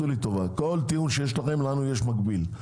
כל טיעון שיש לכם - לנו יש מקביל.